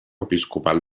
episcopal